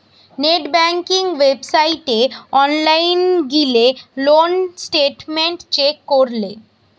net banking ওয়েবসাইটে online গিলে loan statement check করলে